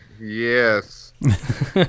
yes